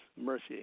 mercy